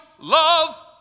love